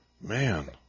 Man